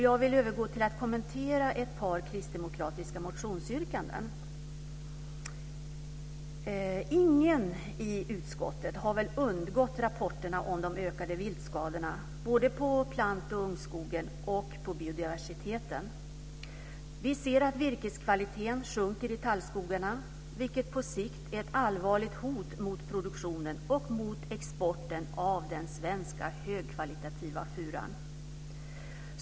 Jag vill övergå till att kommentera ett par kristdemokratiska motionsyrkanden. Ingen i utskottet har väl undgått rapporterna om de ökade viltskadorna, både på plant och ungskogen och på biodiversiteten. Vi ser att virkeskvaliteten sjunker i tallskogarna, vilket på sikt är ett allvarligt hot mot produktionen och mot exporten av den svenska högkvalitativa furan.